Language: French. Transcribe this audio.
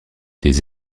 des